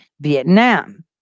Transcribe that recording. Vietnam